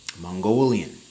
Mongolian